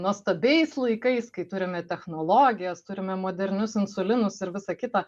nuostabiais laikais kai turime technologijas turime modernius insulinus ir visa kita